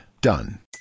Done